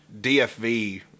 DFV